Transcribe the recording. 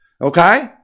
okay